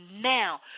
now